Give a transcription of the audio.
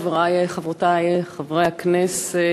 חברי וחברותי חברי הכנסת,